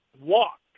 walk